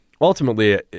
ultimately